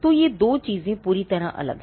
तो ये 2 चीजें पूरी तरह से अलग हैं